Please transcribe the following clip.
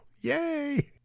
yay